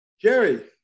Jerry